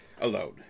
Alone